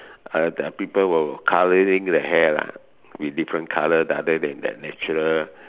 uh the people were colouring the hair lah with different color other than their natural